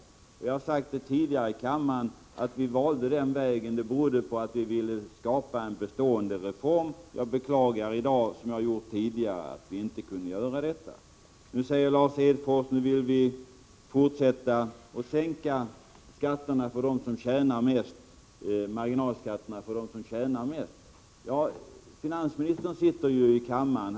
Att vi valde den vägen — det har jag sagt tidigare i kammaren — berodde på att vi ville skapa en bestående reform. Jag beklagar i dag som tidigare att vi inte lyckades göra det. Nu, säger Lars Hedfors, vill vi fortsätta och sänka marginalskatterna för dem som tjänar mest. Finansministern sitter här i kammaren.